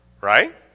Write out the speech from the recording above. Right